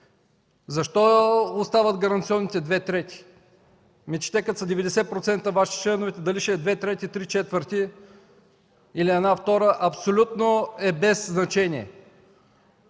Защо остават гаранционните две трети? Ами че те, като са 90% ваши членовете, дали ще е две трети или три четвърти, или една втора, абсолютно е без значение.